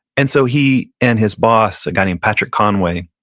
and so he and his boss, a guy named patrick conway,